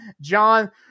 John